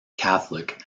catholic